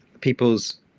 people's